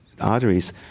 arteries